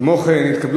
כמו כן, התקבלו